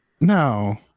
No